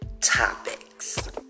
topics